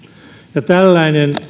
ja tällainen